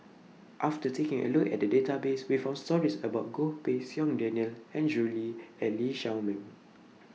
after taking A Look At The Database We found stories about Goh Pei Siong Daniel Andrew Lee and Lee Shao Meng